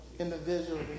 individually